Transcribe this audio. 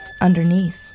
underneath